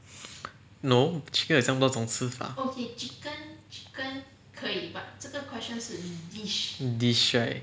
no chicken 有这样多种吃法 dish right